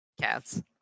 Cats